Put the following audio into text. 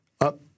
up